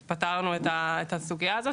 שפתרנו את הסוגיה של כיבוי האש.